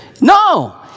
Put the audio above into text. No